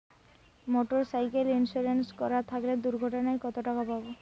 Motorcycle insurance করা থাকলে দুঃঘটনায় কতটাকা পাব?